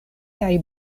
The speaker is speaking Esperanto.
kaj